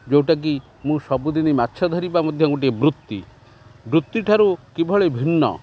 ଯେଉଁଟାକି ମୁଁ ସବୁଦିନି ମାଛ ଧରିବା ମଧ୍ୟ ଗୋଟେ ବୃତ୍ତି ବୃତ୍ତିଠାରୁ କିଭଳି ଭିନ୍ନ